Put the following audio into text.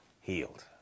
healed